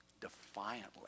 defiantly